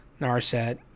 Narset